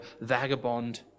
vagabond